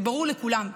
זה ברור לכולם.